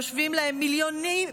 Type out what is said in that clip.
יושבים להם מיליוני